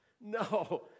No